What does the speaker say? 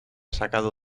sacado